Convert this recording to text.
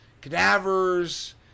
cadavers